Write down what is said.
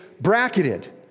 bracketed